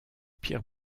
pierre